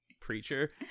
preacher